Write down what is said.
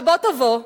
שבוא תבוא,